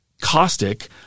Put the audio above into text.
caustic